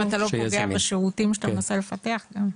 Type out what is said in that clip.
השאלה אם אתה לא פוגע בשירותים אתה מנסה לפתח כאן,